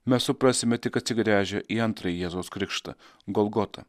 mes suprasime tik atsigręžę į antrąjį jėzaus krikštą golgotą